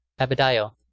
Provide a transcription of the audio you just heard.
Abadayo